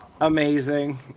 Amazing